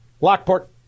Lockport